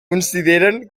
consideren